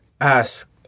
ask